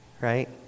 right